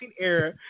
era